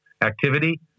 activity